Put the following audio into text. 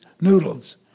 noodles